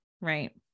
right